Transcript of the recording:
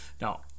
Now